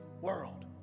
world